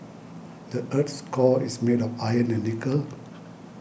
the earth's core is made of iron and nickel